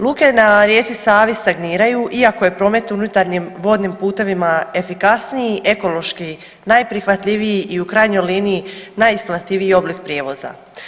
Luke na rijeci Savi stagniraju iako je promet u unutarnjim vodnim putevima efikasniji, ekološki najprihvatljiviji i u krajnjoj liniji najisplativiji oblik prijevoza.